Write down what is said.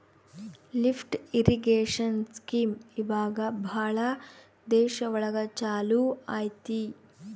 lift irrigation scheme ಇವಾಗ ಭಾಳ ದೇಶ ಒಳಗ ಚಾಲೂ ಅಯ್ತಿ